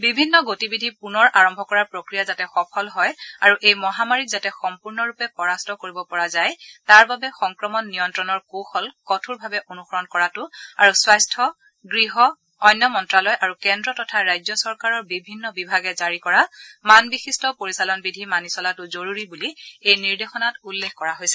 বিভিন্ন গতিবিধি পুনৰ আৰম্ভ কৰাৰ প্ৰক্ৰিয়া যাতে সফল হয় আৰু এই মহামাৰীক যাতে সম্পূৰ্ণৰূপে পৰাস্ত কৰিব পৰা যায় তাৰ বাবে সংক্ৰমণ নিয়ন্ত্ৰণৰ কৌশল কঠোৰভাৱে অনুসৰণ কৰাটো আৰু স্বাস্থ্য গৃহ অন্য মন্ত্ৰ্যালয় আৰু কেন্দ্ৰ তথা ৰাজ্য চৰকাৰৰ বিভিন্ন বিভাগে জাৰি কৰা মানবিশিষ্ট পৰিচালন বিধি মানি চলাটো জৰুৰী বুলি এই নিৰ্দেশনাত উল্লেখ কৰা হৈছে